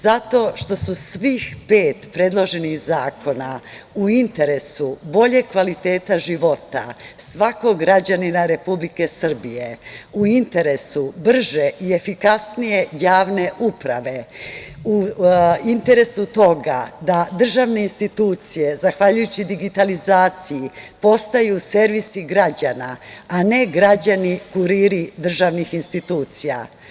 Zato što su svih pet predloženih zakona u interesu boljeg kvaliteta života svakog građanina Republike Srbije, u interesu brže i efikasnije javne uprave, u interesu toga da državne institucije zahvaljujući digitalizaciji, postaju servisi građana, a ne građani kuriri državnih institucija.